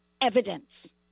evidence